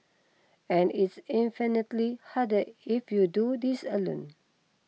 and it's infinitely harder if you do this alone